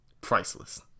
Priceless